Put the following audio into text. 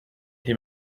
him